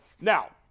Now